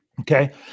Okay